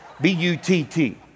B-U-T-T